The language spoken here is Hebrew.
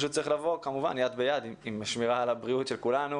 כמובן שזה צריך לבוא יד ביד עם השמירה על הבריאות של כולנו.